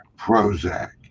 Prozac